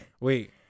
Wait